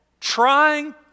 trying